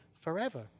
forever